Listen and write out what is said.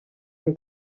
han